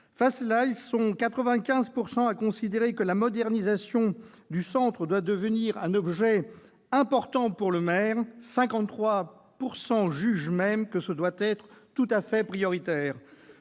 à cela, ils sont 95 % à considérer que la modernisation du centre doit devenir un « objectif important » pour le maire ; 53 % jugent même que ce doit être « tout à fait prioritaire